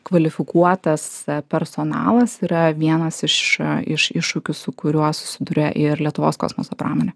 kvalifikuotas personalas yra vienas iš iš iššūkių su kuriuo susiduria ir lietuvos kosmoso pramonė